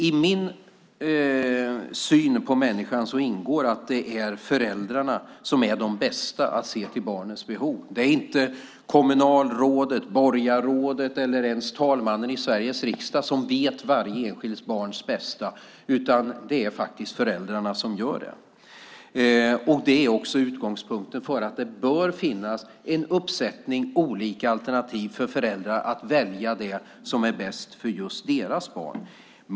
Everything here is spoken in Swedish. I min syn på människan ingår att det är föräldrarna som är de bästa att se till barnens behov. Det är inte kommunalrådet, borgarrådet eller ens talmannen i Sveriges riksdag som vet varje enskilt barns bästa, utan det är faktiskt föräldrarna som gör det. Detta är också utgångspunkten för att det bör finnas en uppsättning olika alternativ så att föräldrar kan välja det som är bäst för just deras barn.